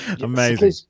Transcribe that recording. Amazing